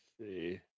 see